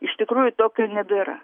iš tikrųjų tokio nebėra